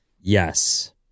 yes